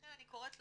לכן אני קוראת לך,